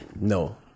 No